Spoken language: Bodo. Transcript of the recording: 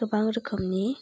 गोबां रोखोमनि